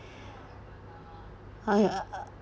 !aiya! uh